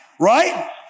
Right